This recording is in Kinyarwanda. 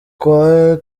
kwe